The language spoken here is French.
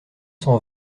cent